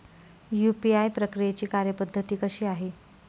UPI प्रक्रियेची कार्यपद्धती कशी आहे?